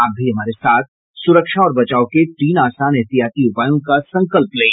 आप भी हमारे साथ सुरक्षा और बचाव के तीन आसान एहतियाती उपायों का संकल्प लें